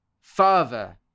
Father